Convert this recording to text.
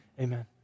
Amen